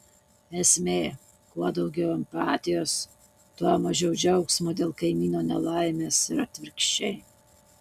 esmė kuo daugiau empatijos tuo mažiau džiaugsmo dėl kaimyno nelaimės ir atvirkščiai